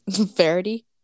Verity